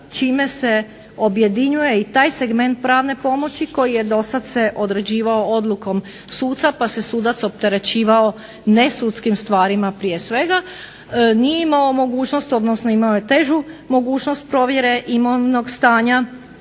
čime se objedinjuje i taj segment pravne pomoći koji je dosad se određivao odlukom suca pa se sudac opterećivao nesudskim stvarima prije svega, nije imao mogućnost, odnosno imao je težu mogućnost provjere imovnog stanja